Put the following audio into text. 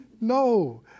No